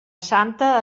santa